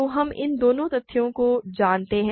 तो हम इन दोनों तथ्यों को जानते हैं